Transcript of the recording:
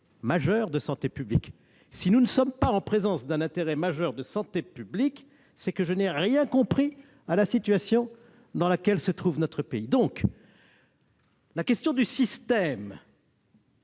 majeur de santé publique. Or si nous ne sommes pas en présence d'un intérêt majeur de santé publique, je n'ai rien compris à la situation dans laquelle se trouve actuellement notre pays ... La question du recours